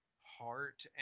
heart